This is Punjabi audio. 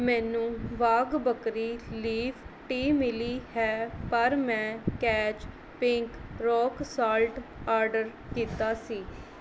ਮੈਨੂੰ ਵਾਘ ਬਕਰੀ ਲੀਫ ਟੀ ਮਿਲੀ ਹੈ ਪਰ ਮੈਂ Catch pink rock salt order ਕੀਤਾ ਸੀ